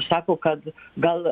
sako kad gal